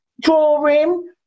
drawing